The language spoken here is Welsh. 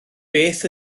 beth